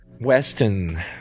Western